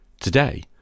Today